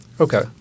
Okay